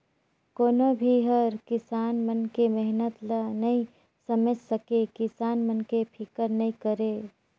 कोनो भी हर किसान मन के मेहनत ल नइ समेझ सके, किसान मन के फिकर नइ करे